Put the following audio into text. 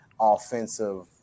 offensive